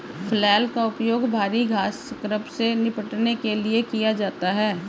flail का उपयोग भारी घास स्क्रब से निपटने के लिए किया जाता है